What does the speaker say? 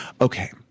Okay